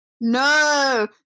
No